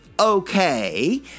okay